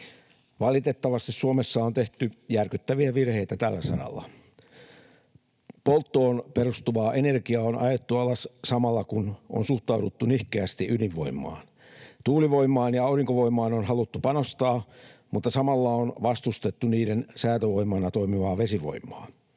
Valitettavasti Suomessa on tehty järkyttäviä virheitä tällä saralla. Polttoon perustuvaa energiaa on ajettu alas samalla, kun on suhtauduttu nihkeästi ydinvoimaan. Tuulivoimaan ja aurinkovoimaan on haluttu panostaa, mutta samalla on vastustettu niiden säätövoimana toimivaa vesivoimaa.